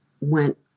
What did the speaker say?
went